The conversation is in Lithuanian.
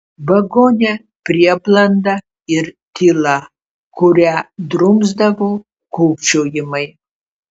vagone prieblanda ir tyla kurią drumsdavo kūkčiojimai